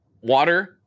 Water